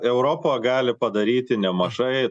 europa gali padaryti nemažai